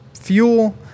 fuel